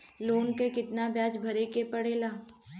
Loan के कितना ब्याज भरे के पड़े ला?